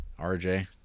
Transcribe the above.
RJ